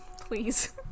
Please